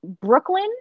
Brooklyn